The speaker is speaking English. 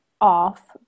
off